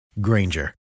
Granger